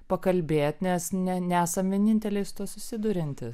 pakalbėti nes ne nesam vieninteliai su tuo susiduriantys